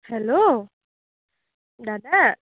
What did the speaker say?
hello দাদা